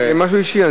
למשהו אישי,